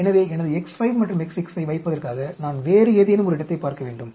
எனவே எனது X5 மற்றும் X6 ஐ வைப்பதற்காக நான் வேறு ஏதேனும் ஒரு இடத்தைப் பார்க்க வேண்டும்